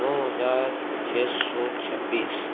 नौ हजार छः सौ छब्बीस